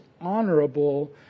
honorable